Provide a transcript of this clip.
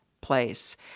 place